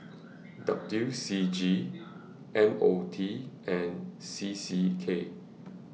W C G M O T and C C K